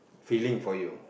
feeling for you